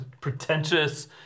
Pretentious